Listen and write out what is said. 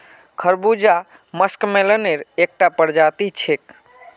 खरबूजा मस्कमेलनेर एकता प्रजाति छिके